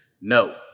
no